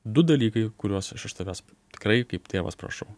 du dalykai kuriuos aš iš tavęs tikrai kaip tėvas prašau